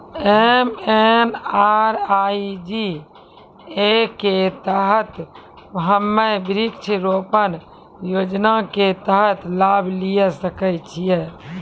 MNREGA के तहत हम्मय वृक्ष रोपण योजना के तहत लाभ लिये सकय छियै?